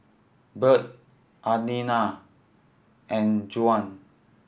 Bird Adina and Juan